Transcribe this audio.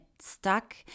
stuck